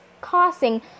causing